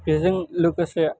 बेजों लोगोसे